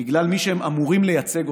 אלא בגלל מי שהם אמורים לייצג,